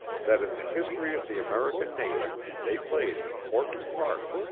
that in the history of the american nation they played an important part.